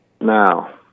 Now